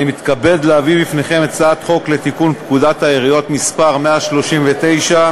אני מתכבד להביא בפניכם את הצעת חוק לתיקון פקודת העיריות (מס' 139),